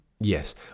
Yes